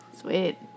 Sweet